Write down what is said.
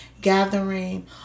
gathering